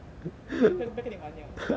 不跟你不要不要跟你玩 liao 跟老师讲